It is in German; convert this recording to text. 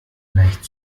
leicht